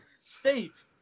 Steve